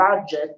budget